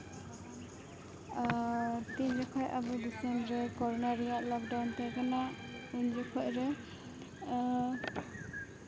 ᱛᱤᱱ ᱡᱚᱠᱷᱟᱱ ᱟᱵᱚ ᱫᱤᱥᱚᱢ ᱨᱮ ᱠᱚᱨᱳᱱᱟ ᱨᱮᱭᱟᱜ ᱞᱚᱠᱰᱟᱣᱩᱱ ᱛᱟᱦᱮᱸᱠᱟᱱᱟ ᱩᱱ ᱡᱚᱠᱷᱚᱱ ᱨᱮ